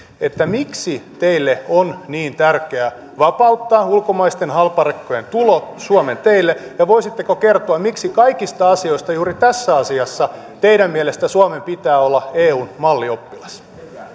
miksi teille on niin tärkeää vapauttaa ulkomaisten halparekkojen tulo suomen teille ja voisitteko kertoa miksi kaikista asioista juuri tässä asiassa teidän mielestänne suomen pitää olla eun mallioppilas